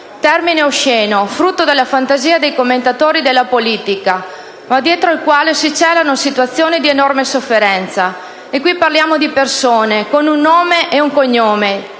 termine osceno frutto della fantasia dei commentatori della politica, ma dietro il quale si celano situazioni di enorme sofferenza. Parliamo di persone con un nome e un cognome,